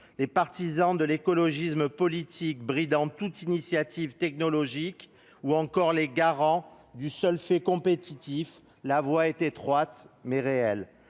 les partisans de l'écologisme politique, bridant toute initiative technologique ou encore les garants du seul fait compétitif, la voie est étroite, mais elle